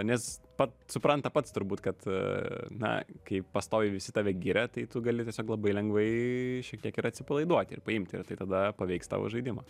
nes pats supranta pats turbūt kad na kai pastoviai visi tave giria tai tu gali tiesiog labai lengvai šiek tiek yra atsipalaiduoti ir paimti ir tada paveiks tavo žaidimą